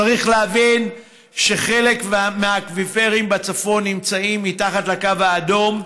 צריך להבין שחלק מהאקוויפרים בצפון נמצאים מתחת לקו האדום,